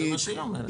זה מה שהיא אומרת.